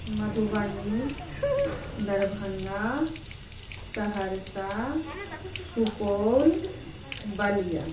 Madhubani Darbhanga Saharsa Supaul Ballia